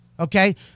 Okay